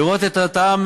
לראות את אותם